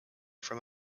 from